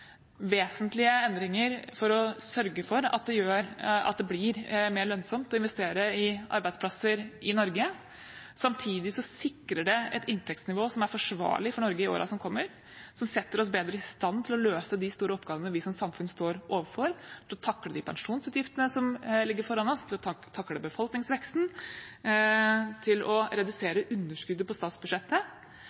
vesentlige endringer for å sørge for at det blir mer lønnsomt å investere i arbeidsplasser i Norge. Samtidig sikrer det et inntektsnivå som er forsvarlig for Norge i årene som kommer, som setter oss bedre i stand til å løse de store oppgavene vi som samfunn står overfor, til å takle de pensjonsutgiftene som ligger foran oss, til å takle befolkningsveksten, til å redusere underskuddet på statsbudsjettet